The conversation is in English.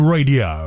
Radio